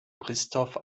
christoph